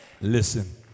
listen